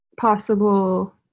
possible